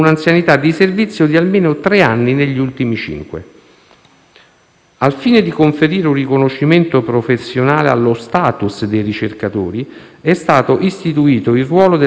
Al fine di conferire un riconoscimento professionale allo *status* dei ricercatori è stato istituito il ruolo della ricerca sanitaria e delle attività di supporto alla stessa